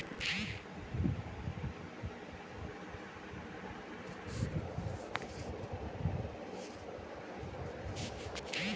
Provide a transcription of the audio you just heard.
పరిశ్రమల్లో తయారైన ఉత్పత్తులను అమ్మడానికి బ్రోకర్లు కొంత మార్జిన్ ని తీసుకోడం పరిపాటి